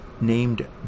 named